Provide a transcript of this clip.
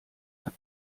hat